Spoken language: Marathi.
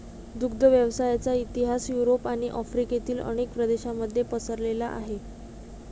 दुग्ध व्यवसायाचा इतिहास युरोप आणि आफ्रिकेतील अनेक प्रदेशांमध्ये पसरलेला आहे